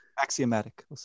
axiomatic